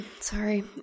Sorry